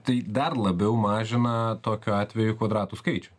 tai dar labiau mažina tokiu atveju kvadratų skaičių